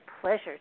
pleasure